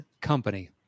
Company